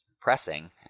pressing